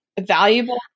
valuable